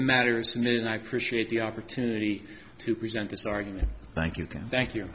matters to me and i appreciate the opportunity to present this argument thank you thank you